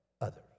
others